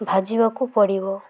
ଭାଜିବାକୁ ପଡ଼ିବ